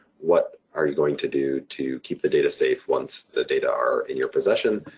what are you going to do to keep the data safe once the data are in your possession.